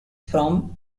from